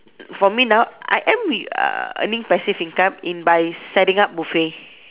for me now I am re~ uh earning passive income in by setting up buffet